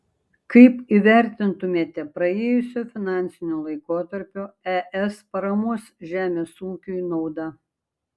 kaip įvertintumėte praėjusio finansinio laikotarpio es paramos žemės ūkiui naudą